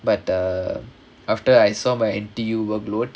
but err after I saw my N_T_U workload